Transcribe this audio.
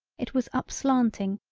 it was upslanting,